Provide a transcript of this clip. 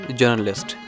journalist